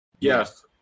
yes